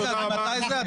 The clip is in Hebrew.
רגע, מתי זה?